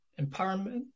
empowerment